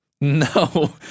No